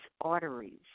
arteries